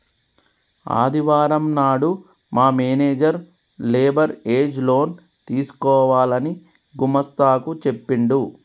ఆదివారం నాడు మా మేనేజర్ లేబర్ ఏజ్ లోన్ తీసుకోవాలని గుమస్తా కు చెప్పిండు